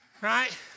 Right